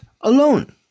alone